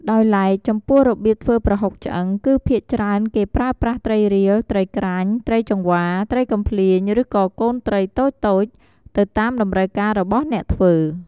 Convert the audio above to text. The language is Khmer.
ដោយឡែក ចំពោះរបៀបធ្វើប្រហុកឆ្អឹង គឺភាគច្រើនគេប្រើប្រាស់ត្រីរៀល ត្រីក្រាញ់ ត្រីចង្វា ត្រីកំភ្លាញ ឬក៏កូនត្រីតូចៗ ទៅតាមតម្រូវការរបស់អ្នកធ្វើ។